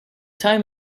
time